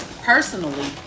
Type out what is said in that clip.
personally